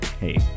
Hey